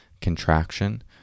contraction